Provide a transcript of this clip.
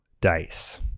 dice